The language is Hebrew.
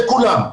לכולם.